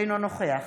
אינו נוכח